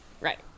Right